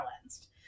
balanced